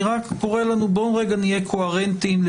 אני רק קורא לנו שנהיה קוהרנטיים אל